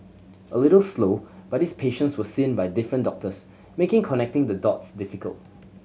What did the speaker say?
a little slow but these patients were seen by different doctors making connecting the dots difficult